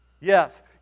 Yes